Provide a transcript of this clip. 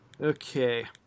Okay